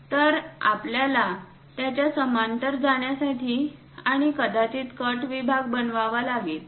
तर आपल्याला त्याच्या समांतर जाण्यासाठी आणि कदाचित कट विभाग बनवावा लागेल